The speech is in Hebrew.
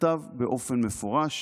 נכתב באופן מפורש